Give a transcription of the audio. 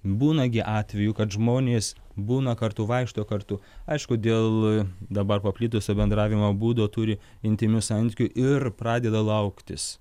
būna gi atvejų kad žmonės būna kartu vaikšto kartu aišku dėl dabar paplitusio bendravimo būdo turi intymių santykių ir pradeda lauktis